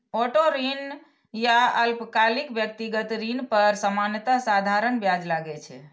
auto ऋण या अल्पकालिक व्यक्तिगत ऋण पर सामान्यतः साधारण ब्याज लागै छै